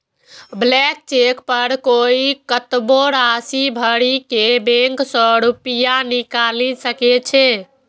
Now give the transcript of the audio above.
blank cheque पर कोइ कतबो राशि भरि के बैंक सं रुपैया निकालि सकै छै